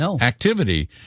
activity